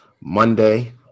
Monday